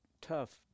tough